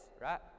right